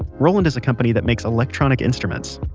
roland is a company that makes electronic instruments.